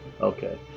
Okay